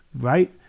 right